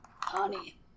Honey